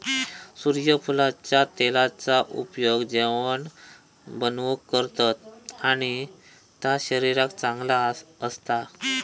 सुर्यफुलाच्या तेलाचा उपयोग जेवाण बनवूक करतत आणि ता शरीराक चांगला असता